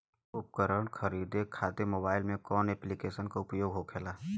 उपकरण खरीदे खाते मोबाइल में कौन ऐप्लिकेशन का उपयोग होखेला?